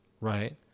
right